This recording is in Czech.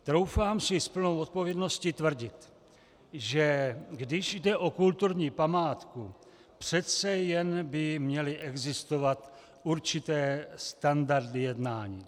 Troufám si s plnou odpovědností tvrdit, že když jde o kulturní památku, přece jen by měly existovat určité standardy jednání.